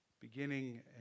beginning